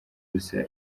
gusa